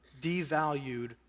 devalued